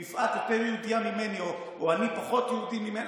ואם יפעת יותר יהודייה ממני או אני פחות יהודי ממנה.